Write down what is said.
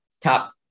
top